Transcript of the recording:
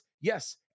Yes